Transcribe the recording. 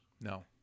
No